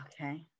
Okay